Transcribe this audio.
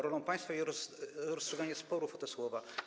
Rolą państwa jest rozstrzyganie sporów o te słowa.